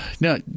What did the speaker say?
No